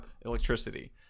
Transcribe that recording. electricity